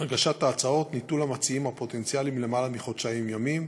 הגשת ההצעות ניתנו למציעים הפוטנציאליים למעלה מחודשיים ימים,